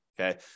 Okay